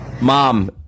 Mom